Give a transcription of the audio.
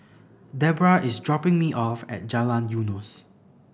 Debbra is dropping me off at Jalan Eunos